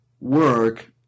work